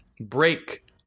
break